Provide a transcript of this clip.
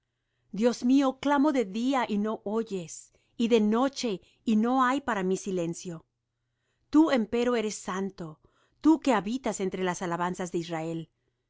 dios mío clamo de día y no oyes y de noche y no hay para mí silencio tú empero eres santo tú que habitas entre las alabanzas de israel